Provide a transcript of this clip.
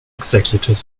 executive